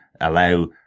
allow